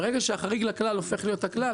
ברגע שהחריג לכלל הופך להיות הכלל,